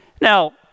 Now